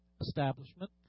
establishment